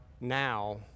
now